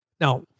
Now